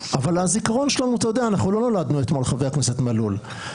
לא נולדנו אתמול, חבר הכנסת מלול.